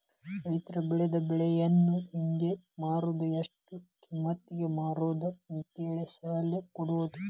ರೈತರು ಬೆಳೆದ ಬೆಳೆಯನ್ನಾ ಹೆಂಗ ಮಾರುದು ಎಷ್ಟ ಕಿಮ್ಮತಿಗೆ ಮಾರುದು ಅಂತೇಳಿ ಸಲಹೆ ಕೊಡುದು